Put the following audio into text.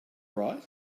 right